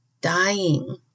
dying